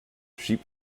sheep